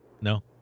No